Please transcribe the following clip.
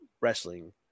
wrestling